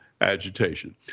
agitation